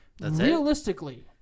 realistically